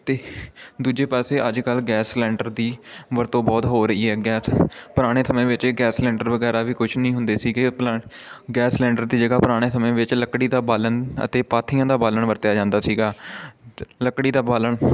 ਅਤੇ ਦੂਜੇ ਪਾਸੇ ਅੱਜ ਕੱਲ੍ਹ ਗੈਸ ਸਿਲੰਡਰ ਦੀ ਵਰਤੋਂ ਬਹੁਤ ਹੋ ਰਹੀ ਹੈ ਗੈਸ ਪੁਰਾਣੇ ਸਮੇਂ ਵਿੱਚ ਇਹ ਗੈਸ ਸਿਲੰਡਰ ਵਗੈਰਾ ਵੀ ਕੁਛ ਨਹੀਂ ਹੁੰਦੇ ਸੀਗੇ ਪਲਾਂਟ ਗੈਸ ਸਿਲੰਡਰ ਦੀ ਜਗ੍ਹਾ ਪੁਰਾਣੇ ਸਮੇਂ ਵਿੱਚ ਲੱਕੜੀ ਦਾ ਬਾਲਣ ਅਤੇ ਪਾਥੀਆਂ ਦਾ ਬਾਲਣ ਵਰਤਿਆ ਜਾਂਦਾ ਸੀਗਾ ਲੱਕੜੀ ਦਾ ਬਾਲਣ